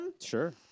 Sure